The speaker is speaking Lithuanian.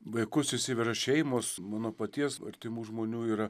vaikus išsiveža šeimos mano paties artimų žmonių yra